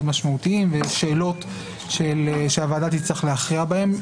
משמעותיים ויש שאלות שהוועדה תצטרך להכריע בהן.